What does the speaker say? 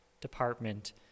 department